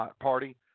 Party